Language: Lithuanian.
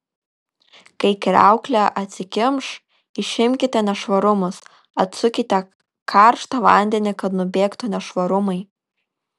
kai kriauklė atsikimš išimkite nešvarumus atsukite karštą vandenį kad nubėgtų nešvarumai